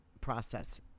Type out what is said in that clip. process